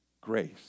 grace